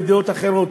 בדעות אחרות.